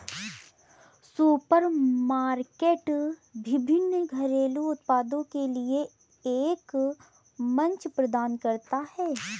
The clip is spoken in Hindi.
सुपरमार्केट विभिन्न घरेलू उत्पादों के लिए एक मंच प्रदान करता है